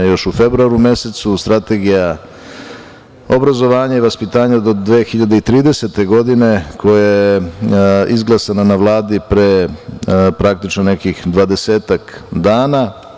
Još u februaru mesecu Strategija obrazovanja i vaspitanja do 2030. godine koja je izglasana na Vladi pre, praktično, nekih dvadesetak dana.